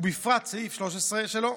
ובפרט סעיף 13 שלו,